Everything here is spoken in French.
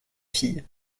fille